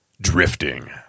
Drifting